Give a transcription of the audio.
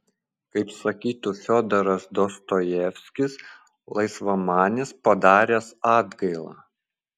kaip sakytų fiodoras dostojevskis laisvamanis padaręs atgailą